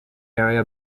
area